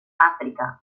àfrica